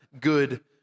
good